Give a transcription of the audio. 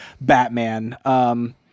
Batman